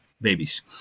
babies